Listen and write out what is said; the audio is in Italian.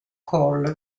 cole